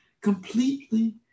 completely